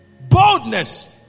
boldness